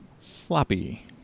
Sloppy